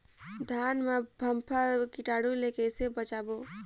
धान मां फम्फा कीटाणु ले कइसे बचाबो?